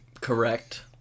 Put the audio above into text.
Correct